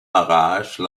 arrache